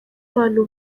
abantu